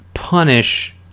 punish